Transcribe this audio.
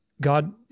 God